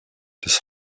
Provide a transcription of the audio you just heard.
des